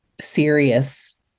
serious